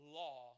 law